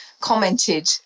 commented